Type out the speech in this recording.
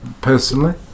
personally